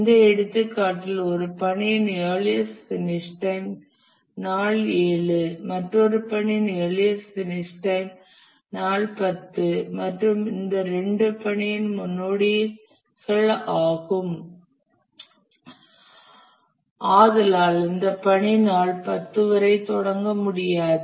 இந்த எடுத்துக்காட்டில்ஒரு பணியின் இயர்லியஸ்ட் பினிஷ் டைம் நாள் 7 மற்றொரு பணியின் இயர்லியஸ்ட் பினிஷ் டைம் நாள் 10 மற்றும் இரண்டும் இந்த பணியின் முன்னோடிகள் ஆகும் ஆதலால் இந்த பணி நாள் 10 வரை தொடங்க முடியாது